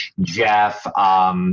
Jeff